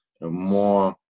more